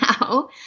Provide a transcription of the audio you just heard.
now